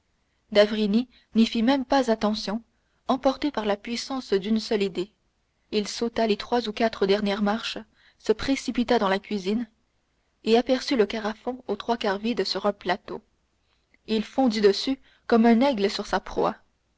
d'avrigny n'y fit même pas attention emporté par la puissance d'une seule idée il sauta les trois ou quatre dernières marches se précipita dans la cuisine et aperçut le carafon aux trois quarts vide sur un plateau il fondit dessus comme un aigle sur sa proie